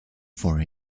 for